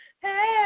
Hey